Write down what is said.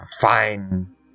fine